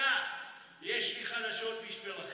לקריאה השנייה ולקריאה